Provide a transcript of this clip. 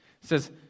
says